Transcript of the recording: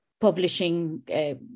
publishing